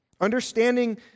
Understanding